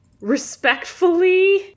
respectfully